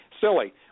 silly